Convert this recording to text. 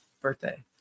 birthday